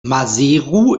maseru